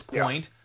point